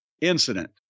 incident